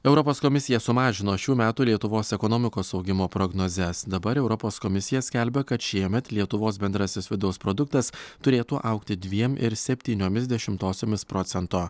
europos komisija sumažino šių metų lietuvos ekonomikos augimo prognozes dabar europos komisija skelbia kad šiemet lietuvos bendrasis vidaus produktas turėtų augti dviem ir septyniomis dešimtosiomis procento